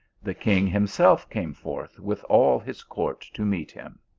the king himself came forth with all his court to meet him.